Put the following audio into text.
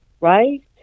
Right